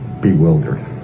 bewildered